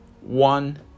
one